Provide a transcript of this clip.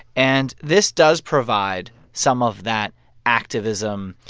and this does provide some of that activism,